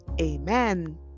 amen